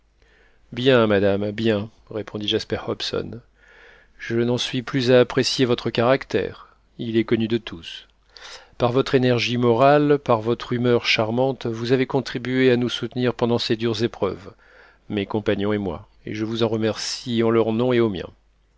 bien madame bien répondit jasper hobson je n'en suis plus à apprécier votre caractère il est connu de tous par votre énergie morale par votre humeur charmante vous avez contribué à nous soutenir pendant ces dures épreuves mes compagnons et moi et je vous en remercie en leur nom et au mien